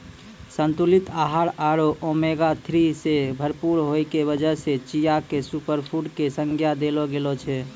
संतुलित आहार आरो ओमेगा थ्री सॅ भरपूर होय के वजह सॅ चिया क सूपरफुड के संज्ञा देलो गेलो छै